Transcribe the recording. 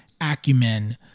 acumen